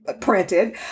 printed